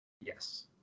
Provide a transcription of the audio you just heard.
Yes